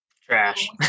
Trash